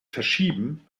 verschieben